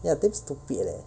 ya damn stupid leh